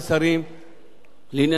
ואני כשר לשירותי הדת,